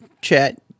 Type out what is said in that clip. Chat